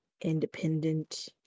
independent